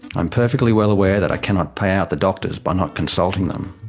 i'm perfectly well aware that i cannot pay out the doctors by not consulting them.